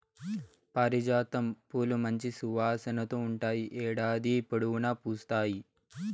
పారిజాతం పూలు మంచి సువాసనతో ఉంటాయి, ఏడాది పొడవునా పూస్తాయి